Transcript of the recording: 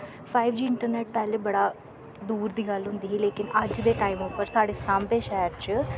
five G internet पैह्ले बड़ा दूर दी गल्ल होंदी ही लेकिन अज्ज दे टाईम उप्पर साढ़े सांबे शैह्र च